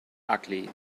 ugly